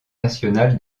national